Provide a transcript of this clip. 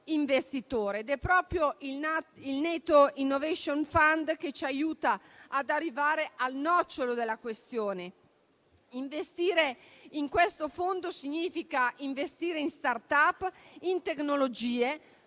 investitore ed è proprio il NATO Innovation Fund che ci aiuta ad arrivare al nocciolo della questione: investire in questo fondo significa investire in *startup*, in tecnologie